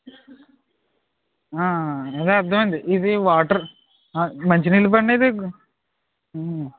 అదే అర్థమైంది ఇది వాటర్ మంచినీళ్ళు పడినా ఇది